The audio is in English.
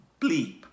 bleep